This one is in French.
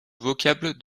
vocable